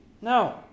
No